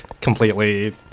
completely